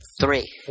Three